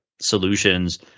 solutions